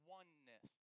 oneness